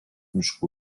miškų